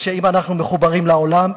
שאם אנחנו מחוברים לעולם,